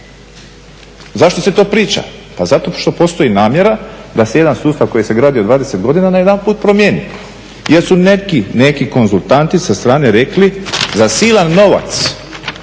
Zašto se to priča? Pa zato što postoji namjera da se jedan sustav koji se gradio 20 godina najedanput promijeni jer su neki konzultanti sa strane rekli za silan novac